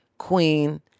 queen